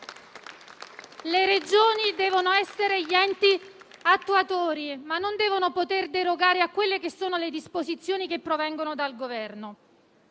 Le Regioni devono essere gli enti attuatori, ma non devono poter derogare a quelle che sono le disposizioni che provengono dal Governo.